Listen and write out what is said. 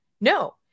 No